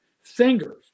fingers